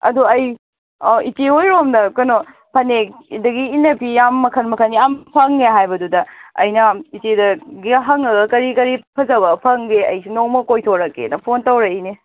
ꯑꯗꯣ ꯑꯩ ꯑꯥ ꯏꯆꯦ ꯍꯣꯏꯔꯣꯝꯗ ꯀꯩꯅꯣ ꯐꯅꯦꯛ ꯑꯗꯒꯤ ꯏꯅꯐꯤ ꯌꯥꯝ ꯃꯈꯟ ꯃꯈꯟ ꯌꯥꯝ ꯐꯪꯉꯦ ꯍꯥꯏꯕꯗꯨꯗ ꯑꯩꯅ ꯏꯆꯦꯗ ꯒꯤ ꯍꯪꯉꯒ ꯀꯔꯤ ꯀꯔꯤ ꯐꯖꯕ ꯐꯪꯒꯦ ꯑꯩꯁꯨ ꯅꯣꯡꯃ ꯀꯣꯏꯊꯣꯔꯛꯀꯦꯅ ꯐꯣꯟ ꯇꯧꯔꯛꯏꯅꯦ